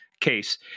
Case